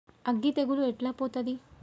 అగ్గి తెగులు ఎట్లా పోతది?